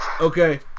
Okay